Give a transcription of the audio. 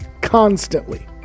constantly